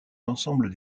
l’ensemble